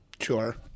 sure